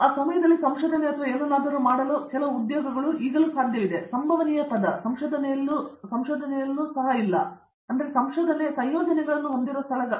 ಆ ಸಮಯದಲ್ಲಿ ಸಂಶೋಧನೆ ಅಥವಾ ಏನನ್ನಾದರೂ ಮಾಡಲು ಕೆಲವು ಉದ್ಯೋಗಗಳು ಈಗಲೂ ಸಾಧ್ಯವಿದೆ ಸಂಭವನೀಯ ಪದ ಸಂಶೋಧನೆಯೂ ಸಹ ಇಲ್ಲ ಸಂಶೋಧನೆ ಸಂಯೋಜನೆಗಳನ್ನು ಹೊಂದಿರುವ ಸ್ಥಳಗಳು